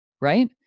Right